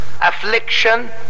affliction